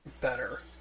better